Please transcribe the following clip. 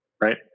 right